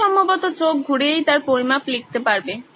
তুমি সম্ভবত চোখ ঘুরিয়েই তার পরিমাপ লিখতে পারবে